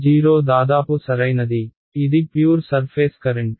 0 దాదాపు సరైనది ఇది ప్యూర్ సర్ఫేస్ కరెంట్